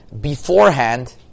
beforehand